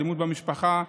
אלימות במשפחה,